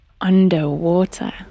underwater